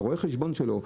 רואה החשבון שלו,